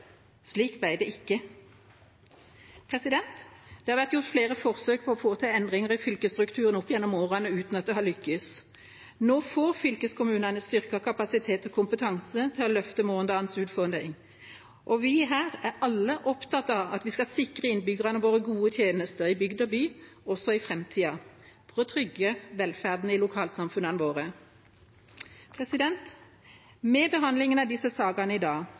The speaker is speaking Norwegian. Slik ble det ikke. Det har vært gjort flere forsøk på å få til endringer i fylkesstrukturen opp gjennom årene uten at det har lykkes. Nå får fylkeskommunene styrket kapasitet og kompetanse til å løfte morgendagens utfordringer. Og vi her er alle opptatt av at vi skal sikre innbyggerne våre gode tjenester, i bygd og by, også i framtida, for å trygge velferden i lokalsamfunnene våre. Med behandlingen av disse sakene i dag